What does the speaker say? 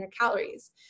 calories